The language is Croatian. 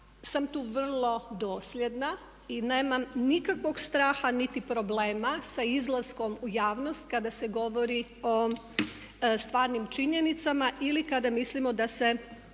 sam tu vrlo dosljedna i nemam nikakvog straha niti problema sa izlaskom u javnost kada se govori o stvarnim činjenicama ili kada mislimo da se